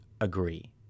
agree